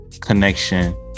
connection